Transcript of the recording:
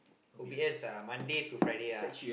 O_B_S ah Monday to Friday lah